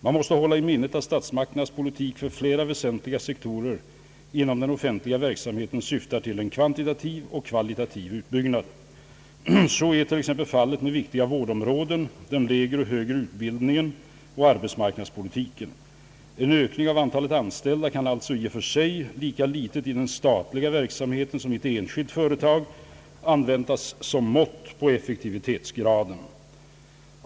Man måste hålla i minnet att statsmakternas politik för flera väsentliga sektorer inom den offentliga verksamheten syftar till en kvantitativ och kvalitativ utbyggnad. Så är t.ex. fallet med viktiga vårdområden, den lägre och högre utbildningen och arbetsmarknadspolitiken. En ökning av antalet anställda kan alltså i och för sig lika litet i den statliga verksamheten som i ett enskilt företag användas som mått på effektivitetsgraden.